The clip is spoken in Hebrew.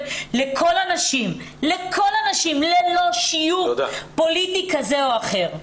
לכל הנשים ללא שיוך פוליטי כזה או אחר.